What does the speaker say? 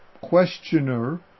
questioner